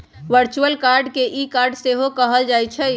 virtual card के e card सेहो कहल जाइ छइ